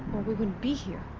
or we wouldn't be here.